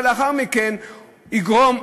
ולאחר מכן יגרום,